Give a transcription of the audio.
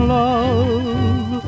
love